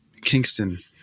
Kingston